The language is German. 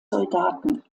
soldaten